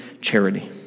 charity